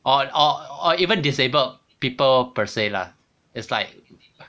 or or even disabled people per se lah it's like